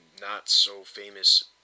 not-so-famous